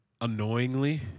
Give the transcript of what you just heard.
annoyingly